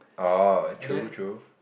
oh true true